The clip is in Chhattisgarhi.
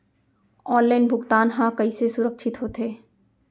ऑनलाइन भुगतान हा कइसे सुरक्षित होथे?